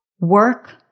work